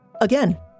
Again